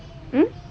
mm